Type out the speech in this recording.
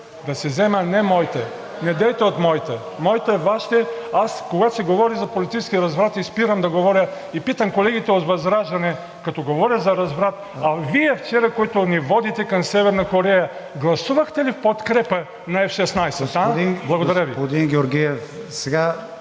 Господин Георгиев, сега